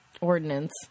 ordinance